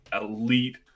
elite